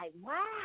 wow